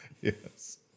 Yes